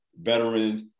veterans